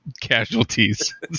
casualties